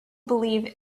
believe